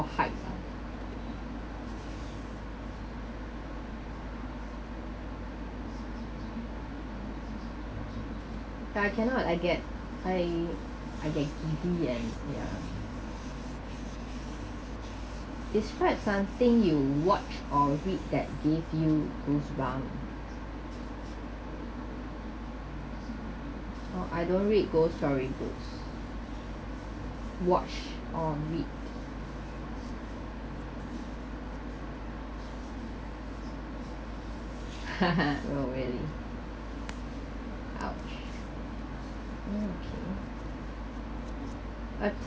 and ya describe something you watch or read that gave you goosebumps oh I don't read storybooks watch or read no really !ouch! oh okay I